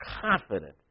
confident